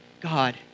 God